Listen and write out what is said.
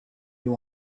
you